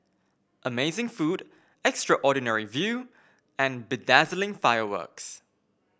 amazing food extraordinary view and bedazzling fireworks